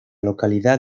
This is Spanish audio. localidad